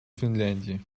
финляндии